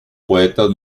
poetas